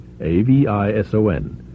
A-V-I-S-O-N